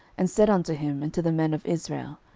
and said unto him, and to the men of israel,